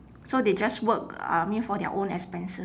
so they just work I mean for their own expenses